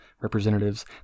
representatives